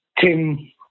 Tim